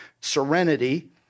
serenity